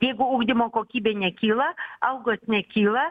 jeigu ugdymo kokybė nekyla algos nekyla